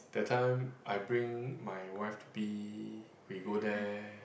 that time I bring my wife to be we go there